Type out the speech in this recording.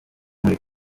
muri